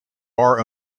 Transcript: bar